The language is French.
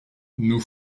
nous